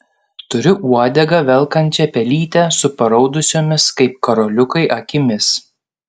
turiu uodegą velkančią pelytę su paraudusiomis kaip karoliukai akimis